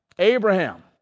Abraham